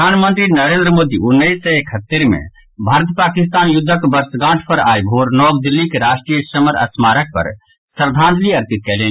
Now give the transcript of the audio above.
प्रधानमंत्री नरेंद्र मोदी उन्नैस सय इकहत्तरि मे भारत पाकिस्तान युद्धक वर्षगांठ पर आइ भोर नव दिल्लीक राष्ट्रीय समर स्मारक पर श्रद्धांजलि अर्पित कयलनि